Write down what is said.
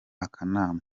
akanama